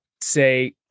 say